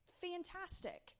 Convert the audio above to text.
Fantastic